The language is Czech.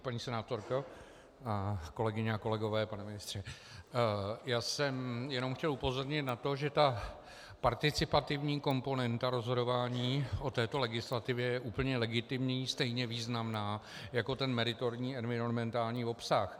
Paní senátorko, kolegyně a kolegové, pane ministře, jenom jsem chtěl upozornit na to, že ta participativní komponenta rozhodování o této legislativě je úplně legitimní, stejně významná jako ten meritorní, environmentální obsah.